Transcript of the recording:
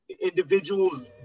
individuals